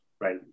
Right